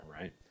right